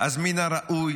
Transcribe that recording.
אז מן הראוי